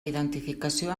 identificació